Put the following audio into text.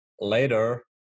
later